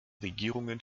regierungen